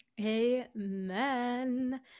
Amen